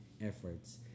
efforts